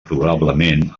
probablement